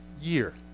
year